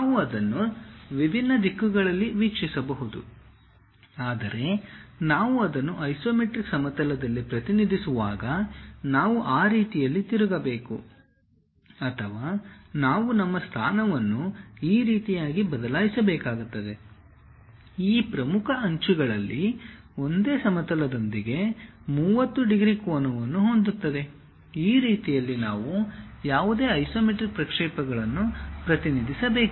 ನಾವು ಅದನ್ನು ವಿಭಿನ್ನ ದಿಕ್ಕುಗಳಲ್ಲಿ ವೀಕ್ಷಿಸಬಹುದು ಆದರೆ ನಾವು ಅದನ್ನು ಐಸೊಮೆಟ್ರಿಕ್ ಸಮತಲದಲ್ಲಿ ಪ್ರತಿನಿಧಿಸುವಾಗ ನಾವು ಆ ರೀತಿಯಲ್ಲಿ ತಿರುಗಬೇಕು ಅಥವಾ ನಾವು ನಮ್ಮ ಸ್ಥಾನವನ್ನು ಈ ರೀತಿಯಾಗಿ ಬದಲಾಯಿಸಬೇಕಾಗುತ್ತದೆ ಈ ಪ್ರಮುಖ ಅಂಚುಗಳಲ್ಲಿ ಒಂದು ಸಮತಲದೊಂದಿಗೆ 30 ಡಿಗ್ರಿ ಕೋನವನ್ನು ಹೊಂದುತ್ತದೆ ಈ ರೀತಿಯಲ್ಲಿ ನಾವು ಯಾವುದೇ ಐಸೊಮೆಟ್ರಿಕ್ ಪ್ರಕ್ಷೇಪಗಳನ್ನು ಪ್ರತಿನಿಧಿಸಬೇಕು